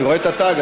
אני רואה את התג,